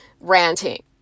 ranting